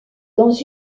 dans